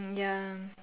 ya